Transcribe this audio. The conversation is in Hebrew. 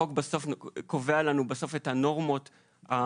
בסוף החוק קובע לנו את הנורמות המקובלות.